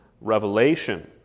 Revelation